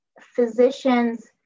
physicians